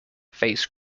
face